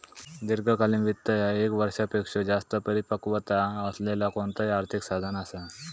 दीर्घकालीन वित्त ह्या ये क वर्षापेक्षो जास्त परिपक्वता असलेला कोणताही आर्थिक साधन असा